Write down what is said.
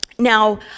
Now